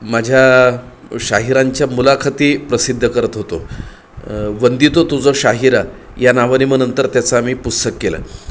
माझ्या शाहिरांच्या मुलाखती प्रसिद्ध करत होतो वंदितो तुज शाहिरा या नावाने मग नंतर त्याचा आम्ही पुस्तक केलं